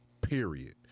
Period